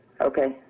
Okay